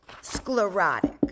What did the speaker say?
Sclerotic